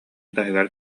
таһыгар